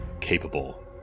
capable